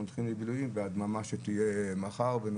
מתחילים ללכת לבילויים והדממה שתהיה מחר.